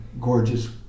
gorgeous